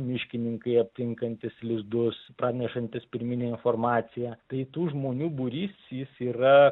miškininkai aptinkantys lizdus pranešantys pirminę informaciją tai tų žmonių būrys jis yra